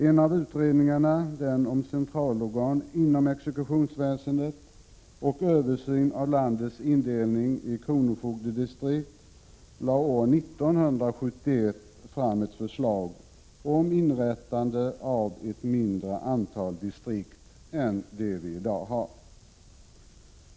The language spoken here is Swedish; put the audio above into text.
En av utredningarna — den om centralorgan inom exekutionsväsendet och översyn av landets indelning i kronofogdedistrikt— lade år 1971 fram ett förslag om inrättande av ett mindre antal distrikt än de vi i dag har.